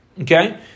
okay